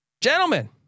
Gentlemen